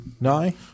no